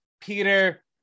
Peter